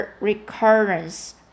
recurrence